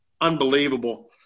unbelievable